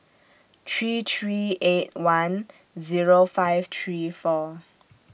three three eight one Zero five three four